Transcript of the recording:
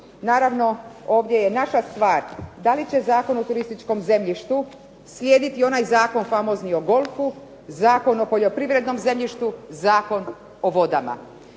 Naravno, ovdje je naša stvar da li će Zakon o turističkom zemljištu slijediti onaj famozni Zakon o golfu, Zakon o poljoprivrednom zemljištu, Zakon o vodama.